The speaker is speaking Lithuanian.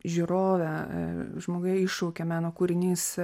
žiūrove žmoguje iššaukia meno kūrinys